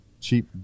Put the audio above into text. cheap